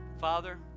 Father